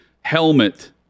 helmet